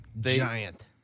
giant